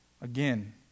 again